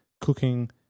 cooking